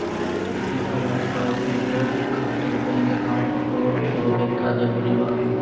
वित्तीय सेवाएं के उपयोग खातिर बैंक अकाउंट होबे का जरूरी बा?